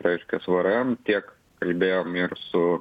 raiškias vrm tiek kalbėjome ir su